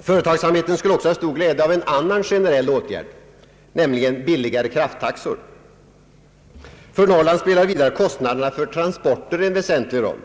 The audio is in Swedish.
Företagsamheten skulle också ha stor glädje av en annan generell åtgärd, nämligen billigare krafttaxor. För Norrland spelar vidare kostnaderna för transporter en väsentlig roll.